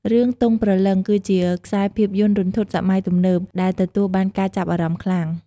រឿង ទង់ព្រលឹង គឺជាខ្សែភាពយន្តរន្ធត់សម័យទំនើប ដែលទទួលបានការចាប់អារម្មណ៍ខ្លាំង។